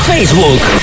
Facebook